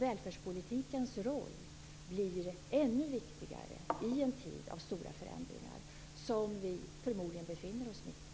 Välfärdspolitikens roll blir ännu viktigare i en tid av stora förändringar, en tid som vi förmodligen befinner oss mitt i.